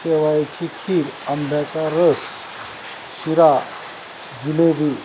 शेवायाची खीर आंब्याचा रस शिरा जिलेबी